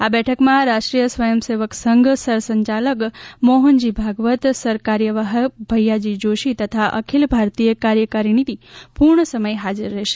આ બેઠકમાં રાષ્ટ્રીય સ્વયંસેવક સંઘ સરસંઘયાલક મોહનજી ભાગવત સરકાર્યવાહ ભૈયાજી જોશી તથા અખિલ ભારતીય કાર્યકરિણી પૂર્ણ સમય હજાર રહેશે